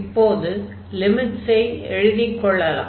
இப்போது லிமிட்ஸை எழுதிக்கொள்ளலாம்